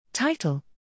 Title